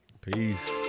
Peace